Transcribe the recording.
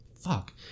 fuck